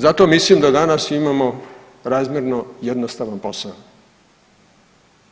Zato mislim da danas imamo razmjerno jednostavan posao,